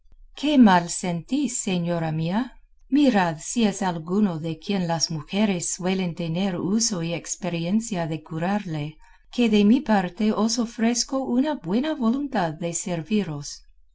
qué mal sentís señora mía mirad si es alguno de quien las mujeres suelen tener uso y experiencia de curarle que de mi parte os ofrezco una buena voluntad de serviros